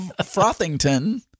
Frothington